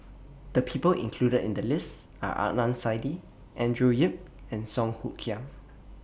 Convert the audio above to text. The People included in The list Are Adnan Saidi Andrew Yip and Song Hoot Kiam